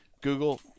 Google